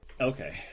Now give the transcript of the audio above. Okay